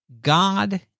God